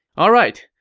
alright,